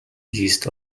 east